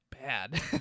bad